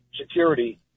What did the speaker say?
security